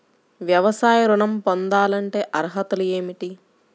వ్యవసాయ ఋణం పొందాలంటే అర్హతలు ఏమిటి?